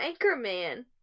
Anchorman